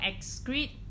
excrete